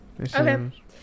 Okay